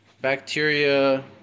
bacteria